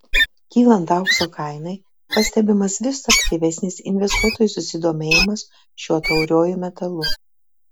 kylant aukso kainai pastebimas vis aktyvesnis investuotojų susidomėjimas šiuo tauriuoju metalu